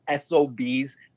SOBs